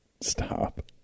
stop